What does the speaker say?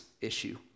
issue